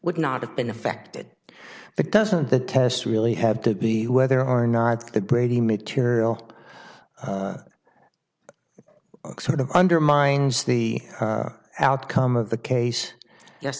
would not have been affected but doesn't the test really have to be whether or not the brady material sort of undermines the outcome of the case yes